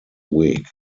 week